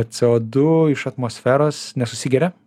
c o du iš atmosferos nesusigeria